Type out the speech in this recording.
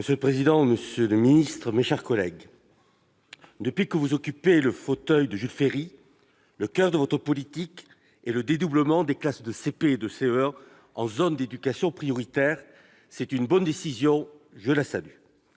M. Max Brisson. Monsieur le ministre, depuis que vous occupez le fauteuil de Jules Ferry, le coeur de votre politique est le dédoublement des classes de CP et de CE1 en zone d'éducation prioritaire. C'est une bonne décision, je la salue.